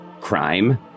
crime